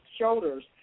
shoulders